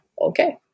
Okay